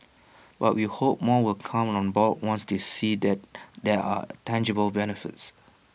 but we hope more will come on board once they see that there are tangible benefits